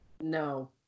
No